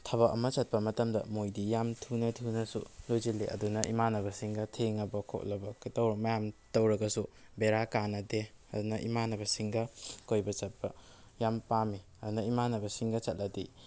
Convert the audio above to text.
ꯊꯕꯛ ꯑꯃ ꯆꯠꯄ ꯃꯇꯝꯗ ꯃꯣꯏꯗꯤ ꯌꯥꯝ ꯊꯨꯅ ꯊꯨꯅꯁꯨ ꯂꯣꯏꯁꯤꯜꯂꯤ ꯑꯗꯨꯅ ꯏꯃꯥꯟꯅꯕꯁꯤꯡꯒ ꯊꯦꯡꯉꯕ ꯈꯣꯠꯂꯕ ꯀ ꯇꯧꯔ ꯃꯌꯥꯝ ꯇꯧꯔꯒꯁꯨ ꯕꯦꯔꯥ ꯀꯥꯅꯗꯦ ꯑꯗꯨꯅ ꯏꯃꯥꯟꯅꯕꯁꯤꯡꯒ ꯀꯣꯏꯕ ꯆꯠꯄ ꯌꯥꯝ ꯄꯥꯝꯃꯤ ꯑꯗꯨꯅ ꯏꯃꯥꯟꯅꯕꯁꯤꯡꯒ ꯆꯠꯂꯗꯤ